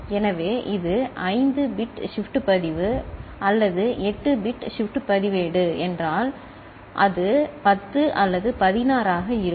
எனவே இது 5 bit shift பதிவு அல்லது 8 பிட் ஷிப்ட் பதிவேடு என்றால் அது 10 அல்லது 16 ஆக இருக்கும்